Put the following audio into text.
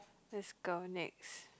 let's go next